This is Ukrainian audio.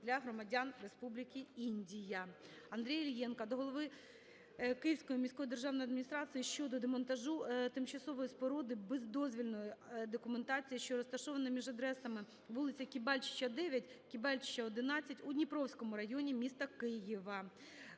для громадян Республіки Індія. Андрія Іллєнка до голови Київської міської державної адміністрації щодо демонтажу тимчасової споруди без дозвільної документації, що розташована між адресами вул. Кібальчича, 9 та Кібальчича, 11 у Дніпровському районі міста Києва.